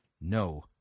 no